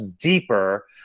deeper